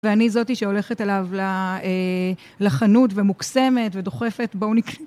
ואני זאתי שהולכת אליו לחנות ומוקסמת ודוחפת בואו נ...